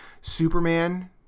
Superman